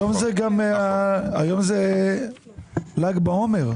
היום זה גם ל"ג בעומר,